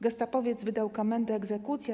Gestapowiec wydawał komendę: Egzekucja!